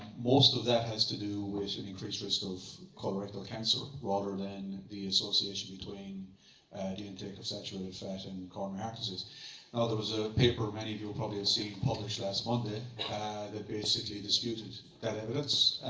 most of that has to do with an increased risk of colorectal cancer, rather than the association between the intake of saturated fat and coronary heart disease. now, there was a paper, many of you will probably have seen, published last monday that basically disputed that evidence.